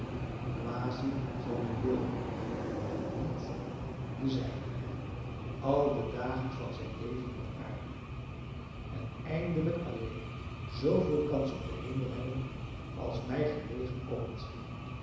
quashy zal mijn wil doen en niet den zijnen al de dagen van zijn leven op aarde en eindelijk alleen zooveel kans op den hemel hebben als mij gelegen komt